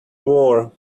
war